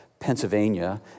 Pennsylvania